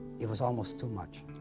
it was almost too much,